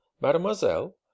Mademoiselle